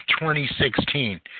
2016